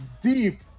deep